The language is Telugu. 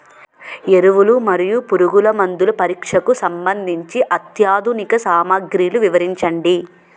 ఎరువులు మరియు పురుగుమందుల పరీక్షకు సంబంధించి అత్యాధునిక సామగ్రిలు వివరించండి?